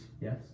Yes